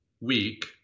week